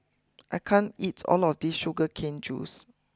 I can't eats all of this Sugar Cane juice